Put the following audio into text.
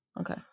Okay